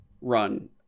run